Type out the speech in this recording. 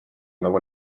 nagu